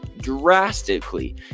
drastically